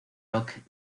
locke